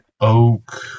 oak